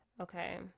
Okay